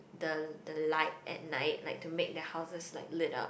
the the light at night like to make their houses like lit up